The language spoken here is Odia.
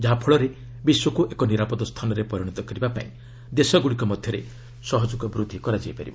ଯାହାଫଳରେ ବିଶ୍ୱକୁ ଏକ ନିରାପଦ ସ୍ଥାନରେ ପରିଣତ କରିବାପାଇଁ ଦେଶଗୁଡ଼ିକ ମଧ୍ୟରେ ସହଯୋଗ ବୃଦ୍ଧି କରାଯାଇପାରିବ